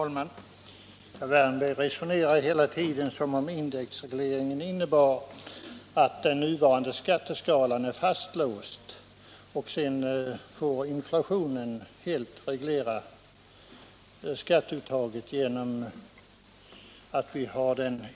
Herr talman! Herr Wärnberg resonerar hela tiden som om indexreglering innebär att den nuvarande skatteskalan är fastlåst och att infla tionen sedan helt får reglera skatteuttaget.